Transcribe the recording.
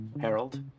Harold